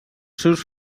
seus